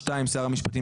(2)שר המשפטים,